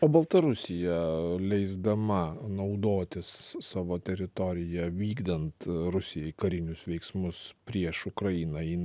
o baltarusija leisdama naudotis savo teritorija vykdant rusijai karinius veiksmus prieš ukrainą jin